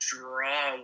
draw